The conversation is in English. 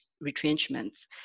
retrenchments